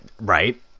Right